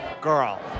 Girl